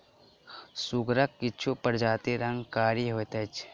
सुगरक किछु प्रजातिक रंग कारी होइत अछि